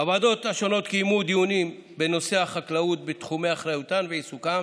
הוועדות השונות קיימו דיונים בנושא החקלאות בתחומי אחריותן ועיסוקן,